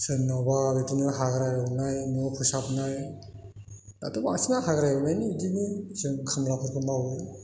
सोरनावबा बिदिनो हाग्रा एवनाय न' फोसाबनाय दाथ' बांसिना हाग्रा एवनायनि बिदिनो जों खामलाफोरखौ मावो